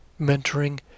mentoring